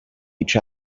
each